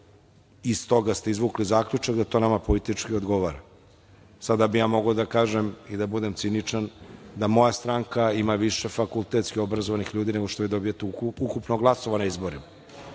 i stoga ste izvukli zaključak da to nama politički odgovara. Sada bih ja mogao da kažem i da budem ciničan da moja stranka ima više fakultetski obrazovanih ljudi nego što vi dobijete ukupno glasova na izborima.